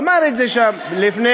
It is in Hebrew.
אמר את זה שם לפני,